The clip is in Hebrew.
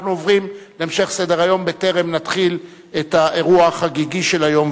אנחנו עוברים להמשך סדר-היום בטרם נתחיל את האירוע החגיגי של היום,